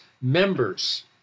members